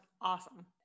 awesome